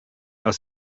are